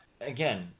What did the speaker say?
again